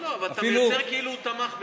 אתה יוצר, כאילו הוא תמך בזה.